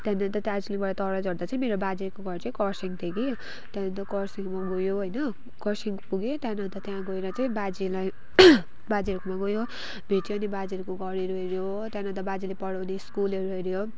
त्यहाँदेखि अन्त दार्जिलिङबाट तराई झर्दा चाहिँ मेरो बाजेको घर चाहिँ खरसाङ थियो कि त्यहाँदेखि खरसाङमा गयो होइन खरसाङ पुगे त्यहाँदेखि अन्त त्यहाँ गएर चाहिँ बाजेलाई बाजेहरूकोमा गयो भेट्यो अनि बाजेहरूको घरहरू हेऱ्यो त्यहाँदेखि अन्त बाजेले पढाउने स्कुलहरू हेऱ्यो